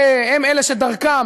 שהן אלה שדרכן,